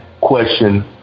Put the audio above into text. question